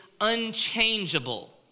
unchangeable